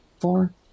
Four